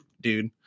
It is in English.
dude